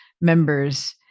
members